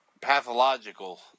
pathological